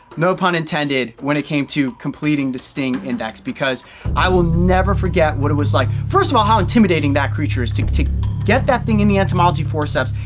no pun intended, when it came to completing the sting index because i will never forget what it was like. first of all, how intimidating that creature to to get that thing in the entomology forceps.